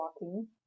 walking